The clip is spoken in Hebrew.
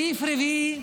הסעיף הרביעי,